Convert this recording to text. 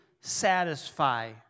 satisfy